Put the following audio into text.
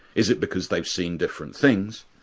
is it because they've seen different things,